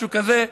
משהו כזה,